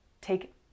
take